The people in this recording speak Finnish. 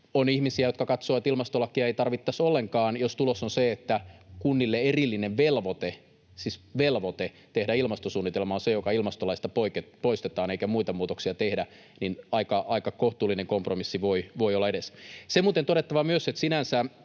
On ihmisiä, jotka katsovat, että ilmastolakia ei tarvittaisi ollenkaan. Jos tulos on se, että kunnille erillinen velvoite, siis velvoite tehdä ilmastosuunnitelma, on se, joka ilmastolaista poistetaan, eikä muita muutoksia tehdä, niin aika kohtuullinen kompromissi voi olla edessä. Se muuten on todettava myös — mikä